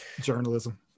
journalism